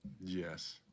Yes